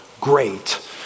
great